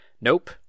nope